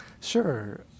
Sure